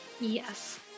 Yes